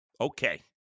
okay